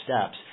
steps